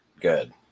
good